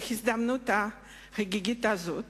בהזדמנות החגיגית הזאת